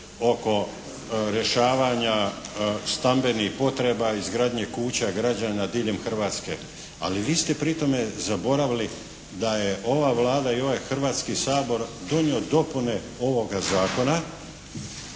oko rješavanja stambenih potreba, izgradnje kuća građana diljem Hrvatske, ali vi ste pri tome zaboravili da je ova Vlada i ovaj Hrvatski sabor donio dopune ovoga zakona